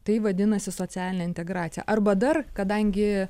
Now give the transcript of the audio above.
tai vadinasi socialinė integracija arba dar kadangi